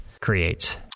creates